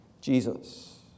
Jesus